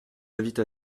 invite